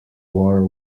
war